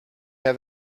have